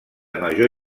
major